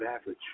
average